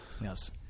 Yes